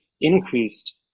increased